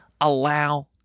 allow